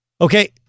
Okay